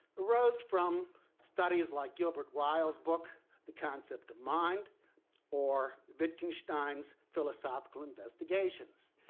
rose from studies like gilbert ryle's book the concept of mind or wittgenstein's philosophical investigations.